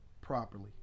properly